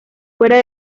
fuera